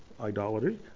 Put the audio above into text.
idolatry